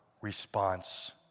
response